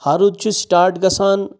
ہَرُد چھِ سِٹاٹ گَژھان